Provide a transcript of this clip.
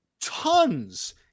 tons